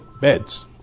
beds